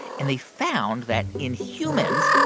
and they found that in humans,